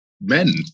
men